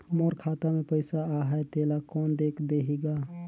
मोर खाता मे पइसा आहाय तेला कोन देख देही गा?